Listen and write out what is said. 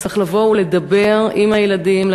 צריך לבוא ולדבר עם הילדים,